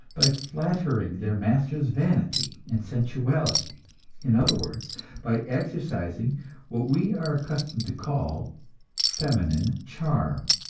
by flattering their masters' vanity and sensuality in other words by exercising what we are accustomed to call feminine charm.